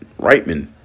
Reitman